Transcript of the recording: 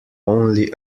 only